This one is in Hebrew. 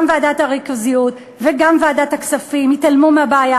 גם ועדת הריכוזיות וגם ועדת הכספים התעלמו מהבעיה